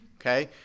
Okay